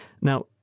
Now